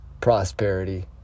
prosperity